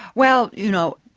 well, you know,